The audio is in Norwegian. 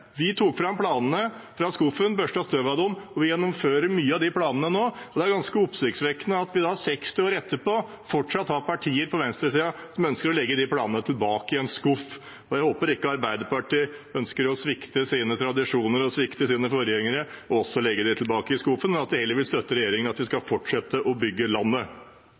Vi tok fram planene fra skuffen, børstet støv av dem og gjennomfører nå mange av de planene. Og det er ganske oppsiktsvekkende at vi – 60 år etterpå – fortsatt har partier på venstresiden som ønsker å legge de planene tilbake i en skuff. Jeg håper ikke Arbeiderpartiet ønsker å svikte sine tradisjoner og svikte sine forgjengere ved også å legge dem tilbake i skuffen, men at de heller vil støtte regjeringen i at vi skal fortsette å bygge landet.